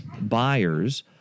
buyers –